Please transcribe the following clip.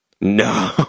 No